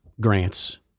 grants